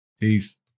Peace